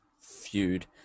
feud